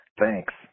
Thanks